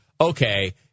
okay